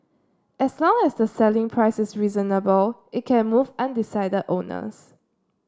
as long as the selling prices is reasonable it can move undecided owners